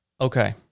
Okay